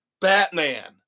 Batman